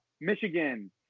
Michigan